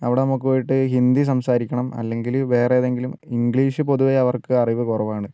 അവിടെ നമുക്ക് പോയിട്ട് ഹിന്ദി സംസാരിക്കണം അല്ലെങ്കിൽ വേറേതെങ്കിലും ഇംഗ്ലീഷ് പൊതുവെ അവർക്ക് അറിവ് കുറവാണ്